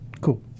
cool